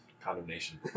Condemnation